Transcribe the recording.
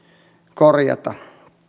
korjata